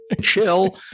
chill